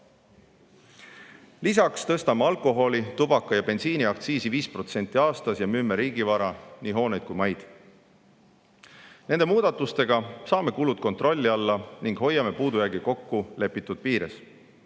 Lisaks tõstame alkoholi‑, tubaka‑ ja bensiiniaktsiisi 5% aastas ja müüme riigivara, nii hooneid kui ka maid. Nende muudatustega saame kulud kontrolli alla ning hoiame puudujäägi kokkulepitud piires.